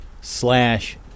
slash